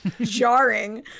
jarring